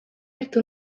hartu